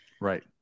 Right